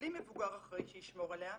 בלי מבוגר אחראי שישמור עליה,